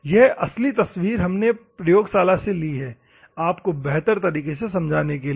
यह असली तस्वीर हमारी प्रयोगशाला से ली हुई है आपको बेहतर तरीके से समझाने के लिए